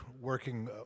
working